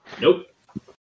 Nope